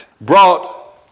brought